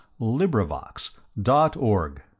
LibriVox.org